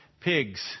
pigs